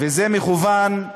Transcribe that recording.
בקריאה